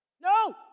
No